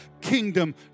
kingdom